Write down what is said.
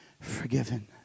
forgiven